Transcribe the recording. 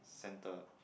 centre